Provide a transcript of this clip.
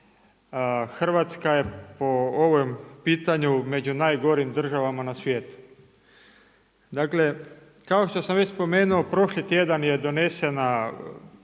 Hrvatska je po ovom pitanju među najgorim državama na svijetu. Dakle, kao što sam već spomenuo prošli tjedan je donesena